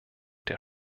der